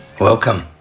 Welcome